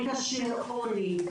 רקע של עוני,